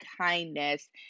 kindness